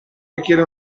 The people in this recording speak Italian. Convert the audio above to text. richiede